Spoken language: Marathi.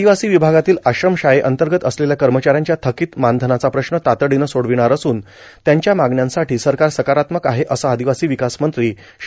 आदिवासी विभागातील आश्रम शाळेअंतर्गत असलेल्या कर्मचाऱ्यांच्या थकीत मानधनाचा प्रश्न तातडीनं सोडविणार असून त्यांच्या मागण्यांसाठी सरकार सकारात्मक आहे असं आदिवासी विकास मंत्री श्री